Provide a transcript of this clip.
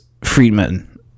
Friedman